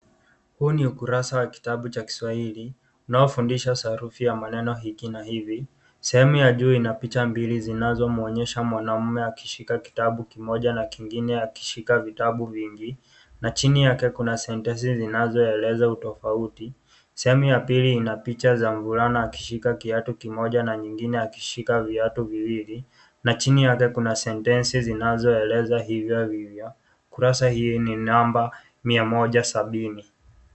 Huu ni ukurasa wa kitabu cha kiswahili unaofundisha sarufi ya maneno hiki na hivi. Sehemu ya juu ina picha mbili zinazomwonyesha mwanamume akishika kitabu kimoja na kingine akishika vutabu vingi na chini yake kuna sentensi zainazoeleza utofauti. Sehemu ya pili ina picha za mvulana akishika kiatu kimoja na nyingine akishika viatu viwili na chini yake kuna sentensi zinazoeleza vivyo hivyo. Kurasa hii ni namba mia moja sabini.